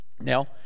now